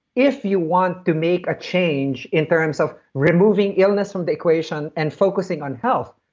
if you want to make a change in terms of removing illness from the equation and focusing on health,